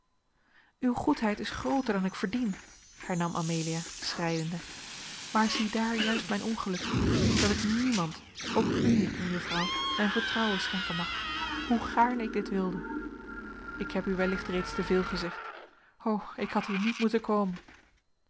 uwe goedheid is grooter dan ik verdien hernam amelia schreiende maar ziedaar juist mijn ongeluk dat ik niemand ook u niet mejuffrouw mijn vertrouwen schenken mag hoe gaarne ik dit wilde ik heb u wellicht reeds te veel gezegd o ik had hier niet moeten komen